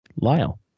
Lyle